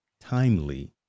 timely